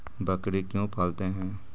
बकरी क्यों पालते है?